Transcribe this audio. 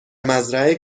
مزرعه